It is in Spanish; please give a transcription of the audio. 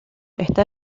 está